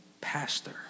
pastor